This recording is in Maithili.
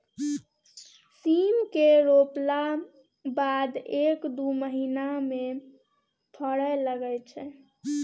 सीम केँ रोपला बाद एक दु महीना मे फरय लगय छै